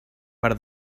per